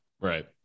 right